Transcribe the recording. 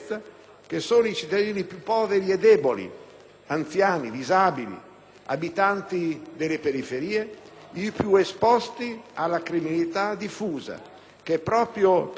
(anziani, disabili, abitanti delle periferie) i più esposti alla criminalità diffusa, che proprio per la sua pervasività ed impunità